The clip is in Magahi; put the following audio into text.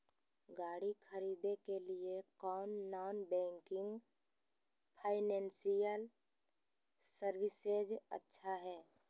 गाड़ी खरीदे के लिए कौन नॉन बैंकिंग फाइनेंशियल सर्विसेज अच्छा है?